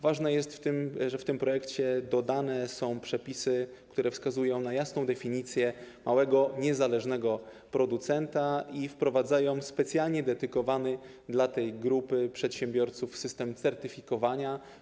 Ważne jest także to, że w tym projekcie dodawane są przepisy, które jasno definiują małego, niezależnego producenta i wprowadzają specjalnie dedykowany dla tej grupy przedsiębiorców system certyfikowania.